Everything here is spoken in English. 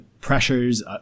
pressures